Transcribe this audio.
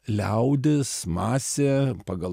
liaudis masė pagal